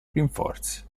rinforzi